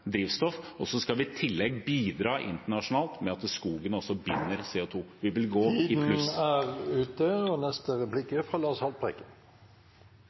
drivstoff, og så skal vi i tillegg bidra internasjonalt med at skogen også binder CO 2. Vi vil gå i pluss. Tiden er ute.